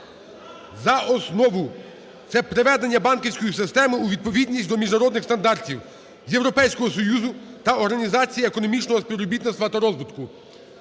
за основу – це приведення банківської системи у відповідність до міжнародних стандартів, Європейського Союзу та Організації економічного співробітництва та розвитку.